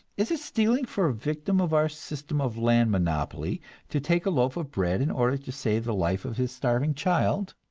is it stealing for a victim of our system of land monopoly to take a loaf of bread in order to save the life of his starving child?